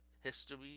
history